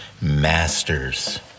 masters